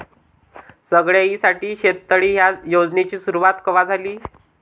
सगळ्याइसाठी शेततळे ह्या योजनेची सुरुवात कवा झाली?